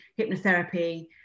hypnotherapy